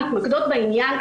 מתמקדות בעניין,